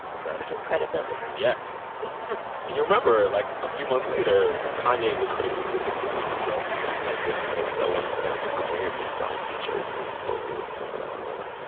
what's that. which is credibility yes and you remember, like, a few months later, kanye was putting some distance between himself and blexit and candace owens. they got into some weird beef about t-shirts and logos or something. i don't remember.